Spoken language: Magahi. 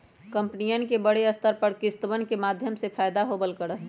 कम्पनियन के बडे स्तर पर किस्तवन के माध्यम से फयदा होवल करा हई